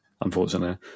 unfortunately